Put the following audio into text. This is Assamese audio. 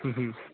হু হু